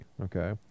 okay